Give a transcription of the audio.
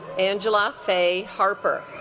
angela say harper